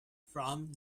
from